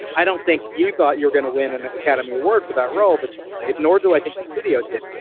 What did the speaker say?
i don't think you thought you're going to win an academy award for that role that you played, nor do i think the studio did,